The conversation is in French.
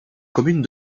commune